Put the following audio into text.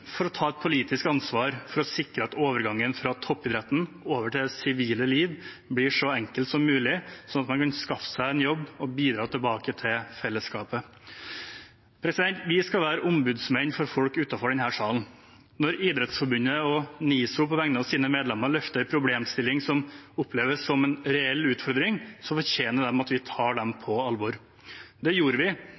for å ta et politisk ansvar for å sikre at overgangen fra toppidretten over til det sivile liv blir så enkelt som mulig, slik at man kan skaffe seg en jobb og bidra til fellesskapet. Vi skal være ombudsmenn for folk utenfor denne salen. Når Idrettsforbundet og NISO på vegne av sine medlemmer løfter en problemstilling som oppleves som en reell utfordring, fortjener de at vi tar dem på alvor. Det gjorde vi